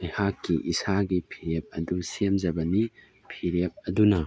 ꯑꯩꯍꯥꯛꯀꯤ ꯏꯁꯥꯒꯤ ꯐꯤꯔꯦꯞ ꯑꯗꯨ ꯁꯦꯝꯖꯕꯅꯤ ꯐꯤꯔꯦꯞ ꯑꯗꯨꯅ